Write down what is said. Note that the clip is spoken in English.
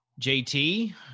jt